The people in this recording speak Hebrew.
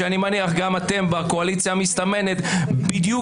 שאני מניח שגם אתם בקואליציה המסתמנת בדיוק